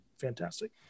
fantastic